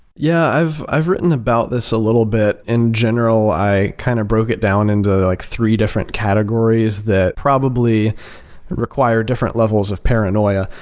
yeah, i've i've written about this a little bit. in general, i kind of broke it down into like three different categories that probably require different levels of paranoia.